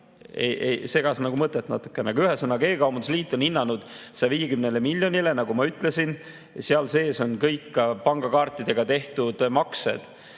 segas nagu mõtet natukene. Ühesõnaga, e-kaubanduse liit on hinnanud 150 miljonile, nagu ma ütlesin. Seal sees on ka kõik pangakaartidega tehtud maksed.